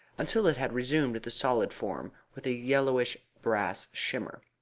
until it had resumed the solid form, with a yellowish brassy shimmer.